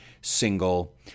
single